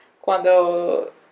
Cuando